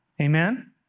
Amen